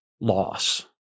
loss